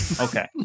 Okay